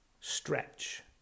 stretch